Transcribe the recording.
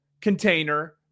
container